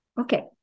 okay